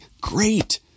great